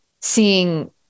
seeing